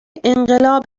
انقلاب